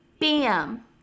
Bam